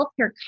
healthcare